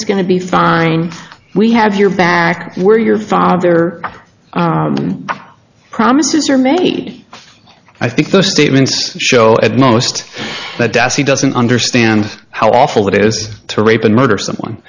is going to be fine we have your back where your father promises are many i think the statements show at most but that's he doesn't understand how awful it is to rape and murder someone